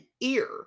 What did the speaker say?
ear